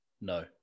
no